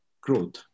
growth